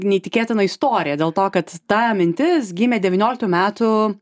neįtikėtina istorija dėl to kad ta mintis gimė devynioliktų metų